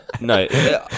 no